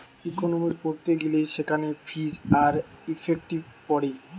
economics পড়তে গিলে সেখানে ফিজ আর ইফেক্টিভ পড়ে